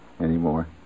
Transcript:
anymore